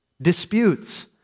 disputes